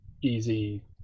easy